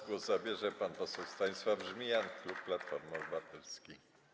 Głos zabierze pan poseł Stanisław Żmijan, klub Platforma Obywatelska.